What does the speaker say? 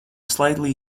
slightly